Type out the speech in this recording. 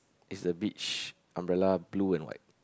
is the beach umbrella blue and white